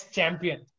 Champion